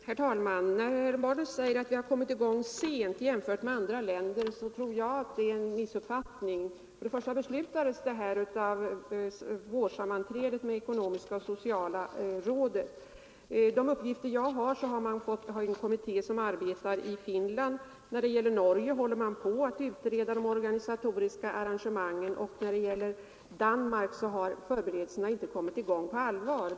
Herr talman! Herr Romanus säger att vi har kommit i gång sent i jämförelse med andra länder, men jag tror att det är en missuppfattning. Beslutet fattades nämligen vid vårsammanträdet med ekonomiska och sociala rådet. Enligt de uppgifter jag har fått arbetar en liknande kommitté i Finland, och i Norge håller man på att utreda de organisatoriska arrangemangen, men i Danmark har förberedelserna ännu inte kommit i gång på allvar.